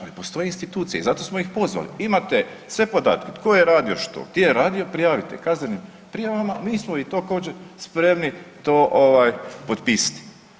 Ali postoje institucije i zato smo ih pozvali, imate sve podatke tko je radio što, gdje je radio, prijavite kaznenim prijavama, mi smo i to također spremni potpisati.